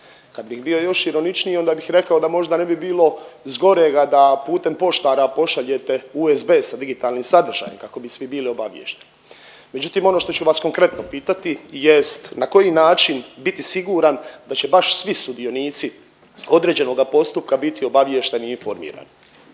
Kad bih bio još ironičniji onda bih rekao da možda ne bi bilo zgorega da putem poštara pošaljete USB sa digitalnim sadržajem kako bi svi bili obaviješteni. Međutim, ono što ću vas konkretno pitati jest na koji način biti siguran da će baš svi sudionici određenoga postupka biti obaviješteni i informirani?